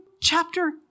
chapter